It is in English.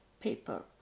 people